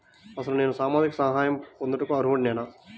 అసలు నేను సామాజిక సహాయం పొందుటకు అర్హుడనేన?